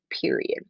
period